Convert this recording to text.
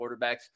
quarterbacks